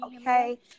okay